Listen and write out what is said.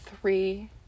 three